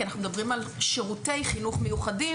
כי אנחנו מדברים על שירותי חינוך מיוחדים,